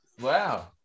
Wow